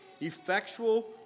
Effectual